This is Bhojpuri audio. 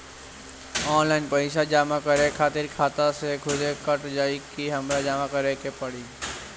ऑनलाइन पैसा जमा करे खातिर खाता से खुदे कट जाई कि हमरा जमा करें के पड़ी?